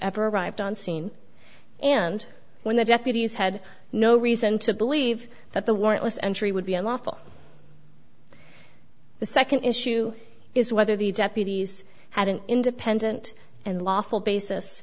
ever arrived on scene and when the deputies had no reason to believe that the warrantless entry would be unlawful the second issue is whether the deputies had an independent and lawful basis